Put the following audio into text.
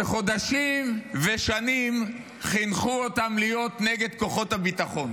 שחודשים ושנים חינכו אותם להיות נגד כוחות הביטחון.